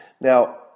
Now